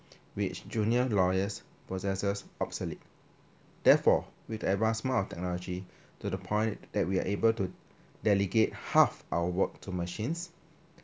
which junior lawyers possess obsolete therefore with the advancement of technology to the point that we are able to delegate half our work to machines